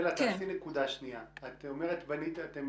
אמרת שאתם